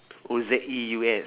oh Z E U S